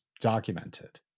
documented